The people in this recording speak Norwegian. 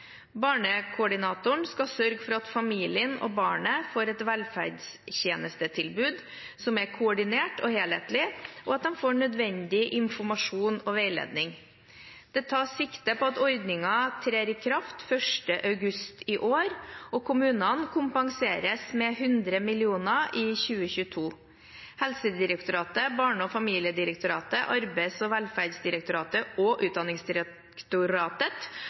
Barnekoordinatoren skal sørge for at familien og barnet får et velferdstjenestetilbud som er koordinert og helhetlig, og at de får nødvendig informasjon og veiledning. Det tas sikte på at ordningen trer i kraft 1. august i år, og kommunene kompenseres med 100 mill. kr i 2022. Helsedirektoratet, Barne-, ungdoms- og familiedirektoratet, Arbeids- og velferdsdirektoratet og Utdanningsdirektoratet